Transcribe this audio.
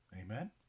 Amen